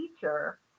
teacher